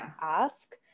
ask